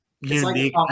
unique